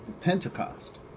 Pentecost